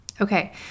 Okay